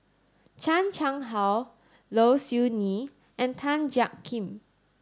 Chan Chang How Low Siew Nghee and Tan Jiak Kim